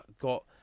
got